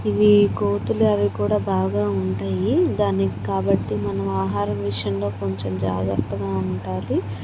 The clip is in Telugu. ఇవి కోతులు అవి కూడా బాగా ఉంటాయి దాన్ని కాబట్టి మనం ఆహారం విషయంలో కొంచెం జాగ్రత్తగా ఉండాలి